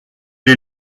les